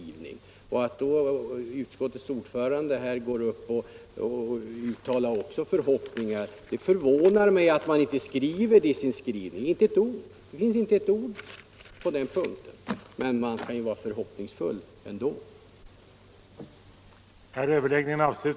Utskottets ordförande är också förhoppningsfull. Det förvånar mig att utskottsmajoriteten inte gett uttryck för detta i sin skrivning. Där finns inte ett ord om att pensionskommittén skall beakta frågan.